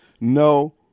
No